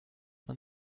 man